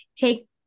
take